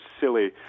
silly